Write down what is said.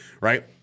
right